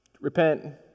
repent